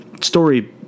story